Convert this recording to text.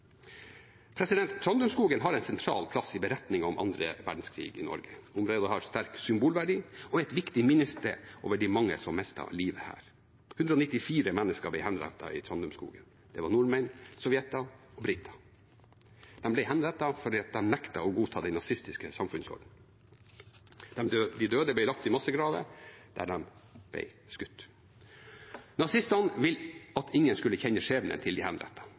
Trandumskogen har en sentral plass i beretningen om annen verdenskrig i Norge. Området har sterk symbolverdi og er et viktig minnested over de mange som mistet livet her. Det ble henrettet 194 mennesker i Trandumskogen. Det var nordmenn, sovjetere og briter. De ble henrettet fordi de nektet å godta den nazistiske samfunnsordenen. De døde ble lagt i massegraver der de ble skutt. Nazistene ville at ingen skulle kjenne skjebnen til de